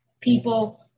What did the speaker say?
people